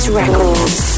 records